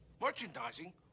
Merchandising